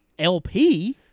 LP